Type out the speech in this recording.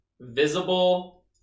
visible